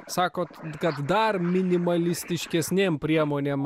sakot kad dar minimalistiškesnėm priemonėm